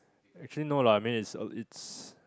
actually no lah I mean it's a it's